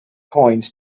coins